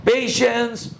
Patience